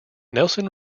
nelson